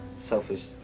Selfish